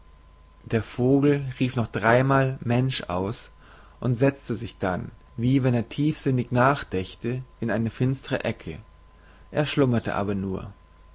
der vogel rief noch dreimal mensch aus und sezte sich dann wie wenn er tiefsinnig nachdächte in eine finstere ecke er schlummerte aber nur